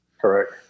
Correct